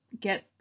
get